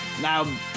Now